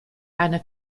eine